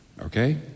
okay